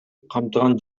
камтыган